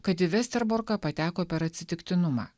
kad į vesterborką pateko per atsitiktinumą